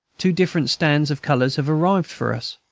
two different stands of colors have arrived for us,